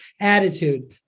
attitude